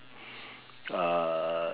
uh